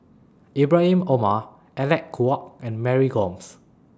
Ibrahim Omar Alec Kuok and Mary Gomes